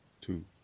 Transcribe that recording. Two